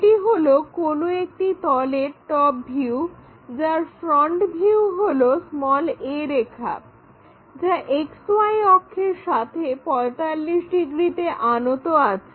এটি হলো কোনো একটি তলের টপ ভিউ যার ফ্রন্ট ভিউ হলো a রেখা যা XY অক্ষের সাথে 45 ডিগ্রিতে আনত আছে